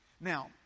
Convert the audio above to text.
Now